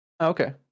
okay